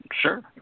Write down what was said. Sure